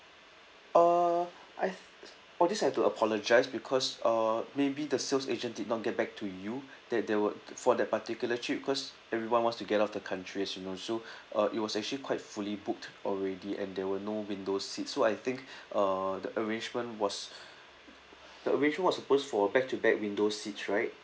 uh I th~ for this I have to apologise because uh maybe the sales agent did not get back to you that they would for that particular trip cause everyone wants to get off the country as you know so uh it was actually quite fully booked already and there were no window seats so I think uh the arrangement was the arrangement was supposed for back to back window seats right